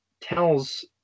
tells